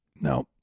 No